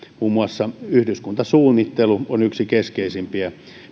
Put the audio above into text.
muun muassa yhdyskuntasuunnittelu on yksi keskeisimpiä